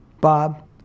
Bob